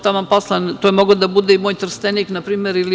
Taman posla, to je mogao da bude i moj Trstenik, na primer.